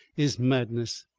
is madness.